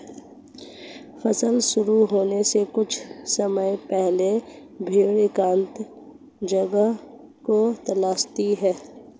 प्रसव शुरू होने के कुछ समय पहले भेड़ एकांत जगह को तलाशती है